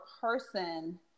person